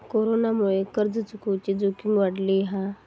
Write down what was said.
कोरोनामुळे कर्ज चुकवुची जोखीम वाढली हा